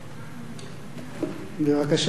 בבקשה.